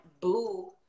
Boo